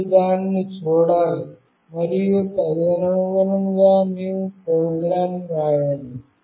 మీరు దానిని చూడాలి మరియు తదనుగుణంగా మీ ప్రోగ్రాం వ్రాయాలి